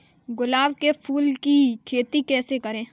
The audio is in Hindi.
गुलाब के फूल की खेती कैसे करें?